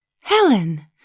Helen